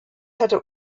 hatte